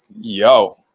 yo